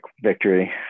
victory